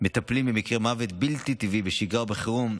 מטפלים במקרי מוות בלתי טבעי בשגרה ובחירום,